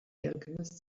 alchemist